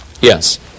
Yes